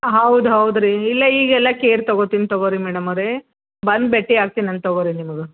ಹೌದು ಹೌದ್ರೀ ಇಲ್ಲ ಈಗೆಲ್ಲ ಕೇರ್ ತಗೊಳ್ತೀನಿ ತಗೊಳ್ರಿ ಮೇಡಮ್ ಅವರೇ ಬಂದ್ ಭೇಟಿ ಹಾಕ್ತೀನಂತೆ ತಗೊಳ್ರಿ ನಿಮಗೆ